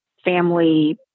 family